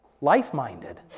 life-minded